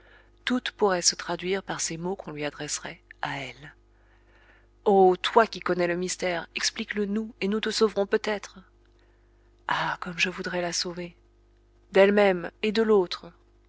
toutes pourraient se traduire par ces mots qu'on lui adresserait à elle oh toi qui connais le mystère explique le nous et nous te sauverons peut-être ah comme je voudrais la sauver d'elle-même et de l'autre